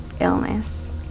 illness